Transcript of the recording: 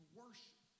worship